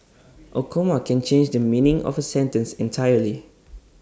A comma can change the meaning of A sentence entirely